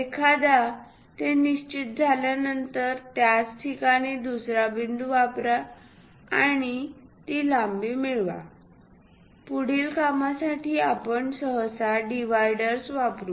एकदा ते निश्चित झाल्यानंतर त्याच ठिकाणी दुसरा बिंदू वापरा आणि ती लांबी मिळवा पुढील कामासाठी आपण सहसा डिव्हायडर्स वापरू